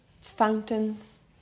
fountains